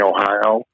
Ohio